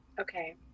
Okay